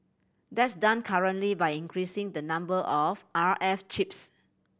that's done currently by increasing the number of R F chips